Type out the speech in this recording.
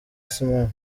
simon